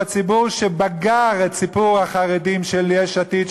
ציבור שבגר את סיפור החרדים של יש עתיד,